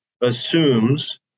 assumes